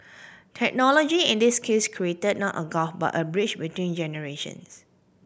technology in this case created not a gulf but a bridge between generations